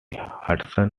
hudson